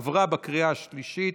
עברה בקריאה השלישית,